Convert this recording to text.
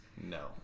No